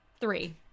three